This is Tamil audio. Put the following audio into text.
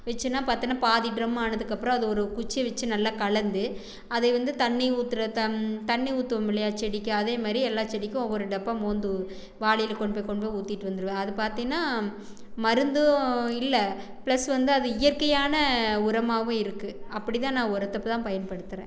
வச்சோம்ன்னா பார்த்தோம்னா பாதி ட்ரம் ஆனதுக்கு அப்புறம் அதை ஒரு குச்சி வச்சு நல்லா கலந்து அதை வந்து தண்ணி ஊற்றுற தம் தண்ணி ஊத்துவோம்லையா செடிக்கு அதேமாதிரி எல்லா செடிக்கும் ஒவ்வொரு டப்பா மோந்து வாளில கொண்டு போய் கொண்டு போய் ஊற்றிட்டு வந்துருவேன் அது வந்து பார்த்தீனா மருந்தும் இல்லை பிளஸ் வந்து அது இயற்கையான உரமாகவும் இருக்கு அப்படித்தான் நான் உரத்தை தான் பயன்படுத்துகிறேன்